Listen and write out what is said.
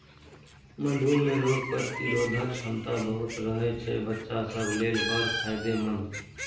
मधु मे रोग प्रतिरोधक क्षमता बहुत रहय छै बच्चा सब लेल बड़ फायदेमंद